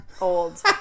old